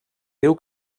diu